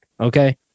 Okay